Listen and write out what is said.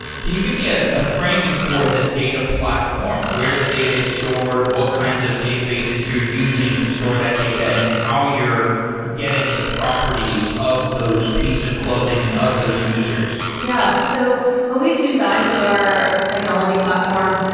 can you give me a ah framing for the data platform? where the data is stored, what kinds of databases you're using to store that data and how you're getting the properties of those pieces of clothing and of those users? yeah. so and we have two sides of our technology platform.